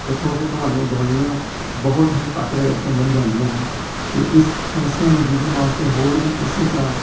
ਜਿੱਥੋਂ ਕਿ ਤੁਹਾਨੂੰ ਦਵਾਈਆਂ ਬਹੁਤ ਹੀ ਘੱਟ ਰੇਟ 'ਤੇ ਮਿਲ ਜਾਂਦੀਆਂ ਹਨ ਅਤੇ ਇਸ ਸਮੱਸਿਆ ਨੂੰ ਜੂਝਣ ਵਾਸਤੇ ਹੋਰ ਵੀ ਇਸੇ ਤਰ੍ਹਾਂ